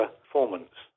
performance